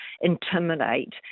intimidate